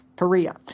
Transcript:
Korea